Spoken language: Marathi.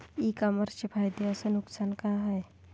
इ कामर्सचे फायदे अस नुकसान का हाये